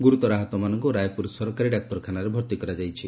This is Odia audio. ଗୁରୁତର ଆହତମାନଙ୍କୁ ରାୟପୁର ସରକାରୀ ଡାକ୍ତରଖାନାରେ ଭର୍ତ୍ତି କରାଯାଇଛି